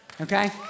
okay